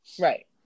right